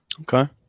Okay